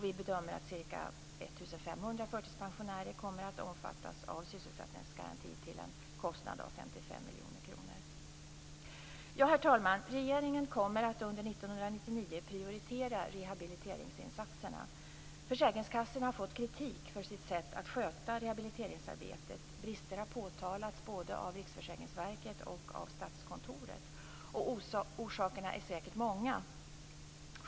Vi bedömer att ca 1 500 förtidspensionärer kommer att omfattas av sysselsättningsgarantin till en kostnad av 55 miljoner kronor. Herr talman! Regeringen kommer att under 1999 prioritera rehabiliteringsinsatserna. Försäkringskassorna har fått kritik för sitt sätt att sköta rehabiliteringsarbetet. Brister har påtalats både av Riksförsäkringsverket och av Statskontoret. Orsakerna är säkert många.